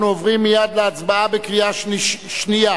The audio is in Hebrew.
אנחנו עוברים מייד להצבעה בקריאה שנייה